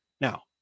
Now